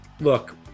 Look